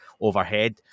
overhead